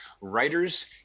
writers